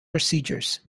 procedures